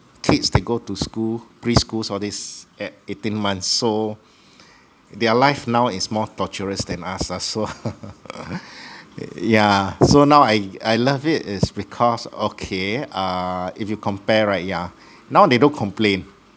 kids they go to school preschool all these at eighteen months so their life now is more torturous than us lah so yeah so now I I love it is because okay err if you compare right yeah now they don't complain